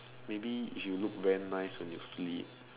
maybe if you look very nice when sleep